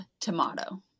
Tomato